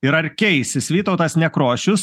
ir ar keisis vytautas nekrošius